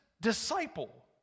disciple